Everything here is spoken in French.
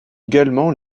également